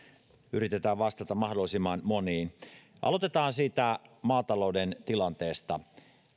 yritetään vastata mahdollisimman moniin aloitetaan siitä maatalouden tilanteesta